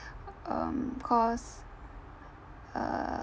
um cause uh